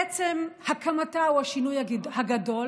עצם הקמתה הוא השינוי הגדול,